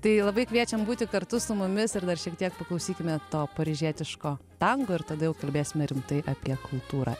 tai labai kviečiam būti kartu su mumis ir dar šiek tiek paklausykime to paryžietiško tango ir tada jau kalbėsime rimtai apie kultūrą